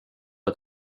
att